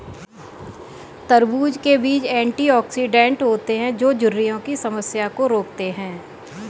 तरबूज़ के बीज एंटीऑक्सीडेंट होते है जो झुर्रियों की समस्या को रोकते है